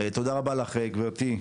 תודה רבה לך גברתי,